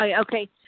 Okay